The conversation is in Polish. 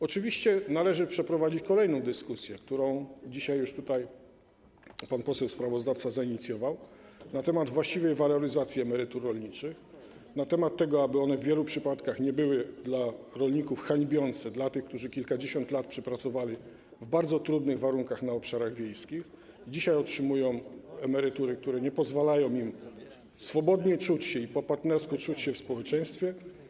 Oczywiście należy przeprowadzić kolejną dyskusję, którą dzisiaj już pan poseł sprawozdawca zainicjował, na temat właściwej waloryzacji emerytur rolniczych, na temat tego, aby one w wielu przypadkach nie były hańbiące dla tych rolników, którzy kilkadziesiąt lat przepracowali w bardzo trudnych warunkach na obszarach wiejskich, a dzisiaj otrzymują emerytury, które nie pozwalają im swobodnie i po partnersku czuć się w społeczeństwie.